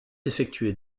effectuer